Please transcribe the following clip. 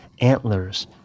antlers